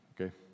Okay